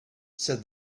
said